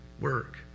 work